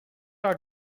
are